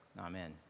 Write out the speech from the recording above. Amen